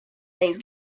and